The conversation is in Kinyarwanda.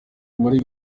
muri